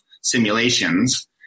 simulations